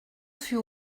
fut